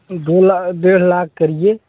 दो ला डेढ़ लाख करिए